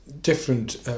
different